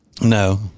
No